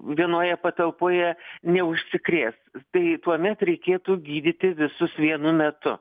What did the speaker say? vienoje patalpoje neužsikrės tai tuomet reikėtų gydyti visus vienu metu